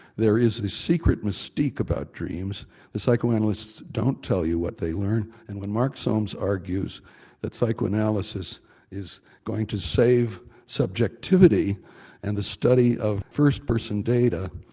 there is a secret mystique about dreams the psychoanalysts don't tell you what they learn and when mark soames argues that psychoanalysis is going to save subjectivity and the study of first-person data,